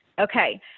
Okay